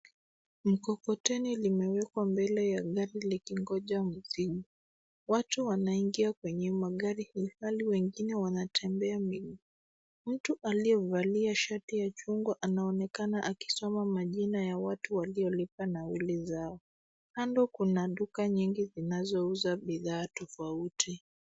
Mkokoteni limewekwa mbele ya gari likingoja mzigo. Watu wanaingia kwenye magari ilhali wengine wanatembea miguu. Mtu aliyevalia shati ya chungwa anaonekana akisoma majina ya watu waliolipa nauli zao. Kando kuna duka nyingi zinazouzwa bidhaa tofauti.